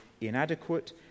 inadequate